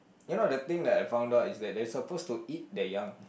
ya loh the thing that I found out is that they're supposed to eat their young